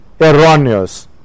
erroneous